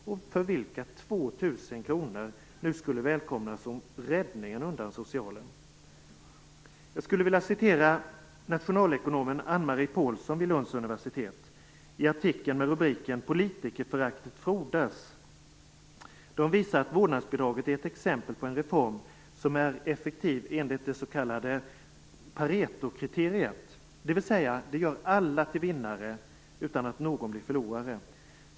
För dem skulle 2 000 kr nu välkomnas som räddningen undan socialen. Jag skulle vilja återge vad Anne-Marie Pålsson, nationalekonom vid Lunds universitet, har sagt i en artikel med rubriken Politikerföraktet frodas. Hon visar i den att vårdnadsbidraget är ett exempel på en reform som är effektiv enligt det s.k. paretokriteriet, dvs. det gör alla till vinnare utan att någon blir förlorare.